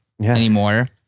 anymore